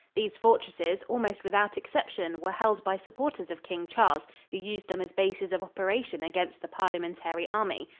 these fortresses, almost without exception, were held by supporters of king charles, who used them as bases of operation against the parliamentary army.